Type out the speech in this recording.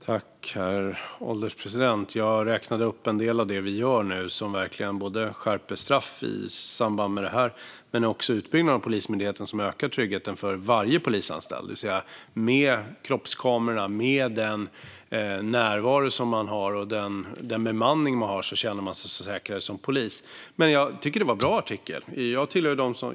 Herr ålderspresident! Jag räknade upp en del av det vi gör nu såsom att verkligen skärpa straffen i samband med det här men också bygga ut Polismyndigheten, vilket ökar tryggheten för varje polisanställd. Det vill säga att med kroppskamera och med den närvaro man har och den bemanning man har känner man sig säkrare som polis. Men jag tycker att det var en bra artikel.